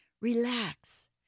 Relax